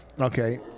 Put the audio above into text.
Okay